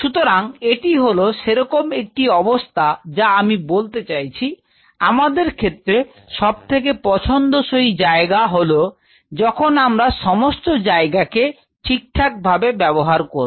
সুতরাং এটি হলো সেরকম একটি অবস্থা যা আমি বলতে চাইছি আমার ক্ষেত্রে সবথেকে পছন্দসই জায়গা হল যখন আমরা সমস্ত জায়গাকে ঠিকঠাক ভাবে ব্যবহার করব